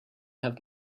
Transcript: have